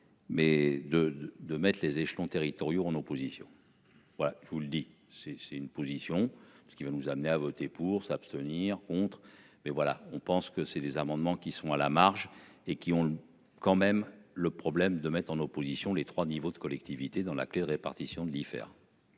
Mais de, de Maistre les échelons territoriaux en opposition. Voilà, je vous le dis c'est c'est une position, ce qui va nous amener à voter pour s'abstenir ou contre. Mais voilà, on pense que c'est des amendements qui sont à la marge et qui ont quand même le problème de mettre en opposition les 3 niveaux de collectivités dans la clé de répartition de